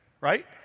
right